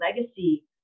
legacy